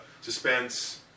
suspense